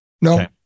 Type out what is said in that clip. no